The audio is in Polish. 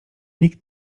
nikt